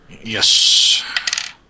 Yes